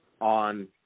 on